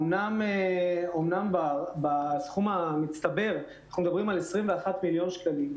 אמנם הסכום המצטבר הוא 21 מיליון שקל,